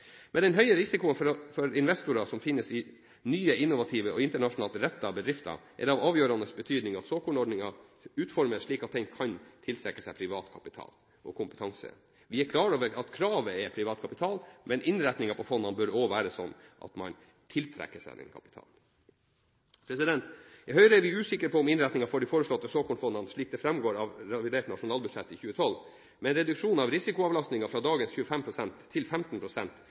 Med den høye risikoen for investorer som finnes i nye innovative og internasjonalt rettede bedrifter, er det av avgjørende betydning at såkornordningen utformes slik at den kan tiltrekke seg privat kapital og kompetanse. Vi er klar over at kravet er privat kapital, men innretningen på fondene bør også være sånn at man tiltrekker seg den kapitalen. I Høyre er vi usikre på om innretningen for de foreslåtte såkornfondene – slik det framgår av revidert nasjonalbudsjett 2012 med en reduksjon av risikoavlastningen fra dagens 25 pst. til